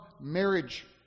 marriage